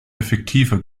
effektiver